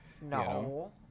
No